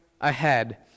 ahead